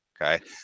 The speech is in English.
okay